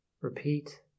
repeat